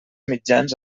mitjans